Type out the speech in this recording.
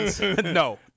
No